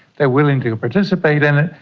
they're willing to participate in it.